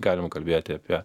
galim kalbėti apie